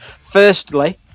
firstly